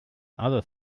other